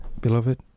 Beloved